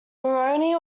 mulroney